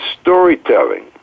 storytelling